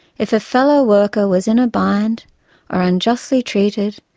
if a fellow worker was in a bind or unjustly treated,